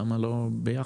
למה לא ביחד?